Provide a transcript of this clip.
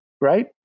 Right